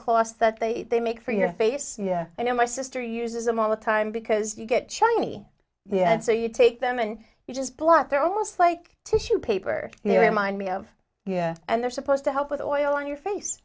closs that they make for your face yeah i know my sister uses a moment time because you get shiny yet so you take them and you just blot they're almost like tissue paper they remind me of yeah and they're supposed to help with oil on your face